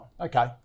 Okay